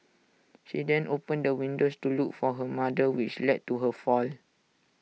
she then opened the windows to look for her mother which led to her fall